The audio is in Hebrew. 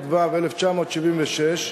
התשל"ו 1976,